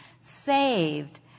saved